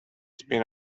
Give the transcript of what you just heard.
spin